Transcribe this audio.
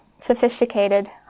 sophisticated